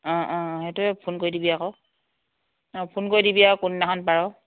অ অ সেইটোৱে ফোন কৰি দিবি আকৌ অ ফোন কৰি দিবি আৰু কোনদিনাখন পাৰ